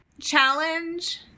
challenge